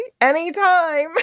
Anytime